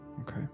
Okay